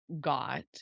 got